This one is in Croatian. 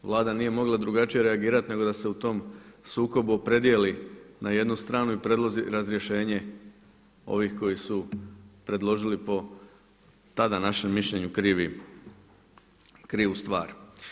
Vlada nije mogla drugačije reagirati nego da se u tom sukobu opredijeli na jednu stranu i predloži razrješenje ovih koji su predložili po tada našem mišljenju krivu stvar.